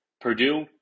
Purdue